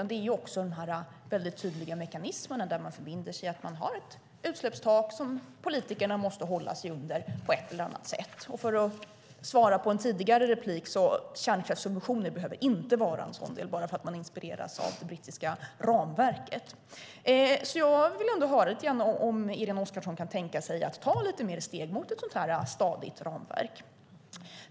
Det är ju också de här tydliga mekanismerna, där man förbinder sig att ha ett utsläppstak som politikerna måste hålla sig under på ett eller annat sätt. Och för att svara på en tidigare replik kan jag säga att kärnkraftssubventioner inte behöver vara en sådan del bara för att man inspireras av det brittiska ramverket. Jag vill ändå höra om Irene Oskarsson kan tänka sig att ta lite fler steg mot ett sådant här stadigt ramverk.